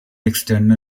external